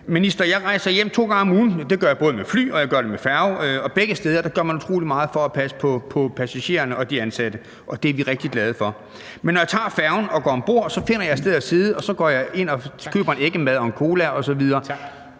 Minister, jeg rejser hjem to gange om ugen. Det gør jeg både med fly, og jeg gør det med færge, og begge steder gør man utrolig meget for at passe på passagererne og de ansatte, og det er vi rigtig glade for. Men når jeg tager færgen og går om bord, finder jeg et sted at sidde, og så går jeg ind (Formanden: Tak) og